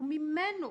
וממנו